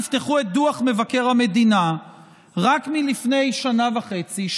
תפתחו את דוח מבקר המדינה רק מלפני שנה וחצי,